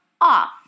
off